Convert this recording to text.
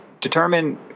determine